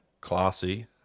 classy